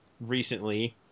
recently